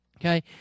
Okay